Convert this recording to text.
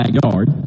backyard